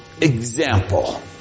example